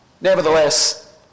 Nevertheless